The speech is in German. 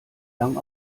lang